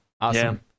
Awesome